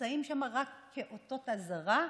נמצאים שם רק כאותות אזהרה,